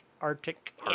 Arctic